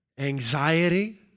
anxiety